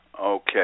Okay